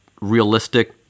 realistic